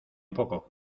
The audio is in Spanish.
poco